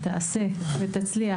שתעשה ותצליח,